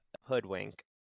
Hoodwink